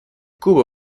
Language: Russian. куба